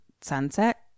sunset